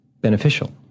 beneficial